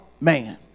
man